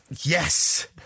Yes